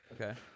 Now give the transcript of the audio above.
Okay